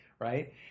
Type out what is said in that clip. right